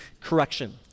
correction